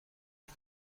گفت